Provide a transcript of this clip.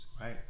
right